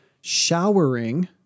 showering